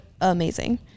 amazing